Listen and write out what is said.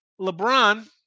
LeBron